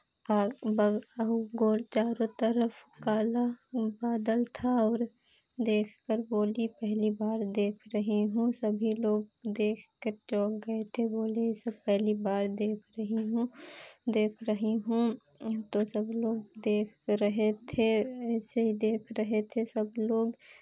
bug गोल चारों तरफ काला बादल था और देखकर बोली पहली बार देख रही हूँ सभी लोग देखकर चौंक गए थे बोले ये सब पहली बार देख रही हूँ देख रही हूँ तो सब लोग देख रहे थे ऐसे देख रहे थे सब लोग